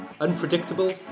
Unpredictable